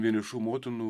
vienišų motinų